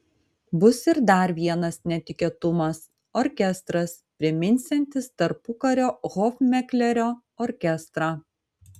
bus ir dar vienas netikėtumas orkestras priminsiantis tarpukario hofmeklerio orkestrą